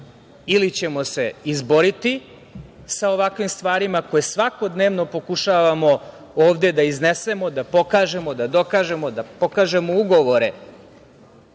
Ili ćemo se izboriti sa ovakvim stvarima koje svakodnevno pokušavamo ovde da iznesemo, da pokažemo, da dokažemo, da pokažemo ugovore